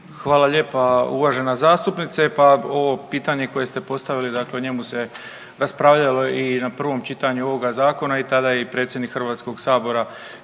Hvala lijepa, uvažena zastupnice, pa ovo pitanje koje ste postavili dakle o njemu se raspravljalo i na prvom čitanju ovoga zakona i tada je i predsjednik Hrvatskog sabora